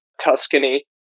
Tuscany